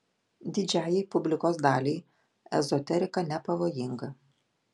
didžiajai publikos daliai ezoterika nepavojinga